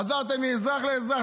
עזרתם מאזרח לאזרח,